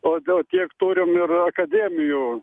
o dar tiek turim ir akademijų